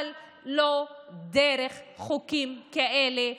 אבל לא דרך חוקים כאלה,